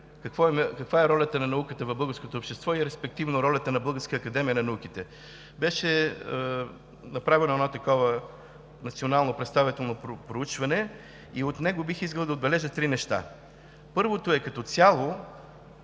каква е ролята на науката в българското общество и респективно ролята на Българската академия на науките. Беше направено такова национално представително проучване и от него бих искал да отбележа три неща. Първото е: като цяло